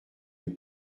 les